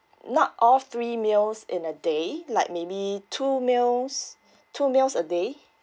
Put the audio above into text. not all three meals in a day like maybe two meals two meals a day